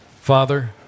Father